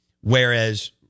whereas